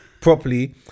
properly